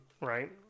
right